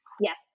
Yes